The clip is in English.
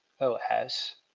os